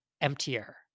emptier